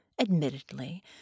Admittedly